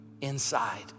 inside